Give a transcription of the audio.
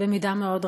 במידה מאוד רבה,